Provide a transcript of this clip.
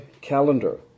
calendar